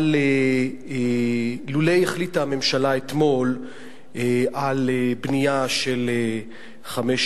לולא החליטה הממשלה אתמול על בנייה של 500